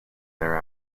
their